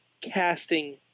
casting